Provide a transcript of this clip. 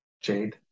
Jade